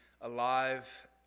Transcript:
alive